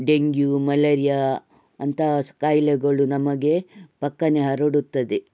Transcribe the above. dengue malaria ಅಂತಹ ಖಾಯ್ಲೆಗಳು ನಮಗೆ ಪಕ್ಕನೆ ಹರಡುತ್ತದೆ